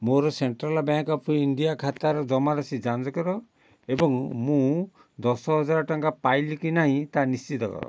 ମୋର Central Bank of India ଖାତାର ଜମାରାଶି ଯାଞ୍ଚ କର ଏବଂ ମୁଁ ଦଶହଜାର ଟଙ୍କା ପାଇଲି କି ନାହିଁ ତାହା ନିଶ୍ଚିତ କର